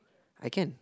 I can